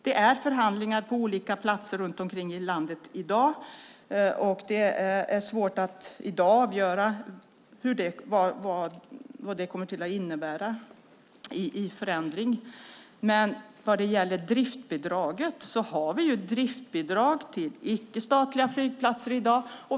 Det pågår förhandlingar på olika platser runt om i landet, och det är svårt att i dag uttala sig om vad det kommer att innebära i förändring. Vi har driftsbidrag till icke-statliga flygplatser i dag.